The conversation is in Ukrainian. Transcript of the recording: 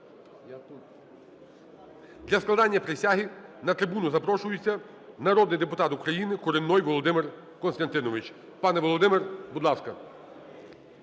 Для складення присяги на трибуну запрошується народний депутат України Куренной Володимир Костянтинович. Пане Володимире, будь ласка.